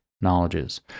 knowledges